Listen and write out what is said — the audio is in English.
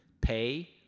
Pay